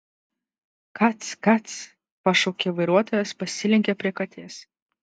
kac kac pašaukė vairuotojas pasilenkė prie katės